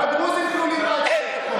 גם הדרוזים כלולים בהצעת החוק.